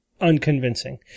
unconvincing